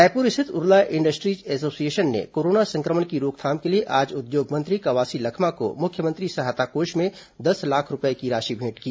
रायपुर स्थित Urla industries association ने corona संक्रमण की रोकथाम के लिए आज उद्योग मंत्री कवासी लखमा को मुख्यमंत्री सहायता कोष में दस लाख रूपये की राशि भेंट की